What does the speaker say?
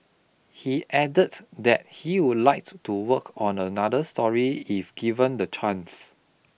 he added that he would like to work on another story if given the chance